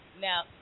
Now